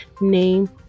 name